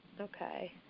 Okay